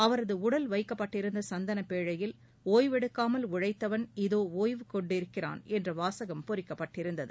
அவரது உடல் வைக்கப்பட்டிருந்த சந்தனப் பேழையில் ஓய்வெடுக்காமல் உழைத்தவள் இதோ ஒய்வு கொண்டிருக்கிறான் என்ற வாசகம் பொறிக்கப்பட்டிருந்தது